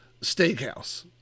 steakhouse